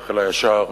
והשכל הישר,